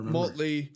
Motley